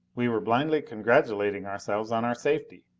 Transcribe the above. we were blindly congratulating ourselves on our safety!